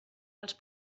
els